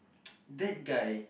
that guy